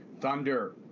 Thunder